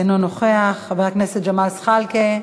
אינו נוכח, חבר הכנסת ג'מאל זחאלקה,